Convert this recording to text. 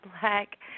Black